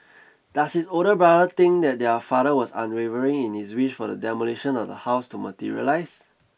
does his older brother think that their father was unwavering in his wish for the demolition of the house to materialise